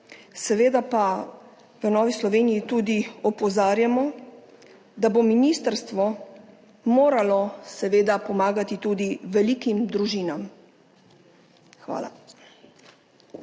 Seveda pa v Novi Sloveniji tudi opozarjamo, da bo ministrstvo moralo pomagati tudi velikim družinam. Hvala.